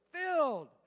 filled